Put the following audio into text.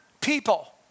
people